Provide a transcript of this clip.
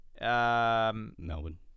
Melbourne